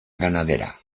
ganadera